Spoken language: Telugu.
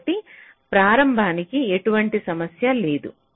కాబట్టి ప్రారంభానికి ఎటువంటి సమస్య లేదు